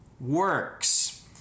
works